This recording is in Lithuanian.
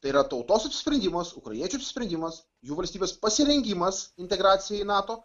tai yra tautos apsisprendimas ukrainiečių sprendimas jų valstybės pasirengimas integracijai į nato